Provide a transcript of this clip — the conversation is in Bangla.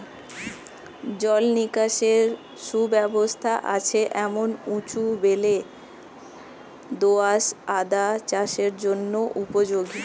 জল নিকাশের সুব্যবস্থা আছে এমন উঁচু বেলে দোআঁশ আদা চাষের জন্য উপযোগী